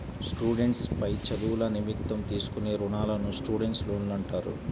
students పై చదువుల నిమిత్తం తీసుకునే రుణాలను స్టూడెంట్స్ లోన్లు అంటారు